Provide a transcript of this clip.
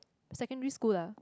secondary school lah